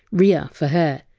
riah! for hair,